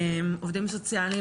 העובדים הסוציאליים,